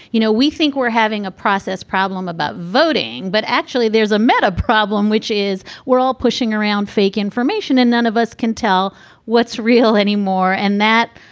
you know, we think we're having a process problem about voting. but actually there's a meta problem, which is we're all pushing around fake information and none of us can tell what's real anymore. and that,